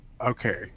okay